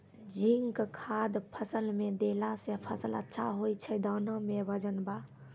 zinc खाद फ़सल मे देला से फ़सल अच्छा होय छै दाना मे वजन ब